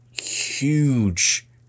huge